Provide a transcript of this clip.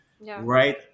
Right